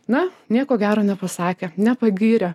na nieko gero nepasakė nepagyrė